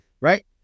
right